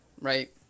right